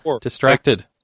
Distracted